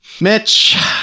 Mitch